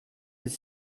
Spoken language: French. des